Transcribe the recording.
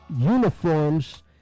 uniforms